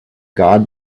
guard